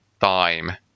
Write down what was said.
time